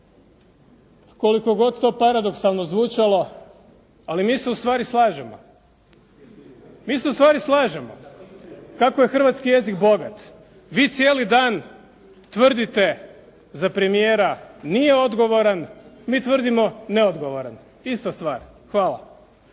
koliko god to paradoksalno zvučalo, ali mi se ustvari slažemo. Mi se ustvari slažemo kako je hrvatski jezik bogat. Vi cijeli dan tvrdite za premijera nije odgovoran, mi tvrdimo neodgovoran je. Ista stvar. Hvala.